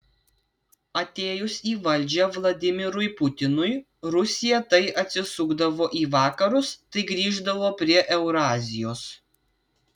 atėjus į valdžią vladimirui putinui rusija tai atsisukdavo į vakarus tai grįždavo prie eurazijos